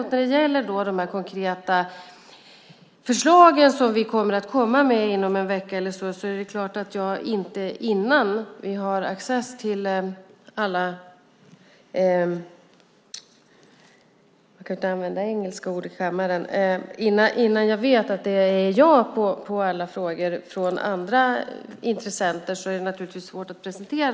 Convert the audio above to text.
När det gäller de här konkreta förslagen som vi kommer att komma med inom en vecka eller så är det klart att jag inte kan presentera dem innan jag vet att det är ja på alla frågor från andra intressenter.